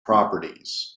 properties